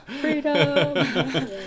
Freedom